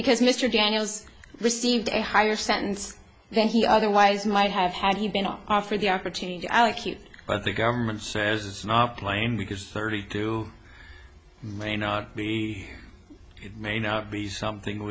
because mr daniels received a higher sentence than he otherwise might have had he been offered the opportunity to allocute but the government says it's not plain because thirty do may not be it may not be something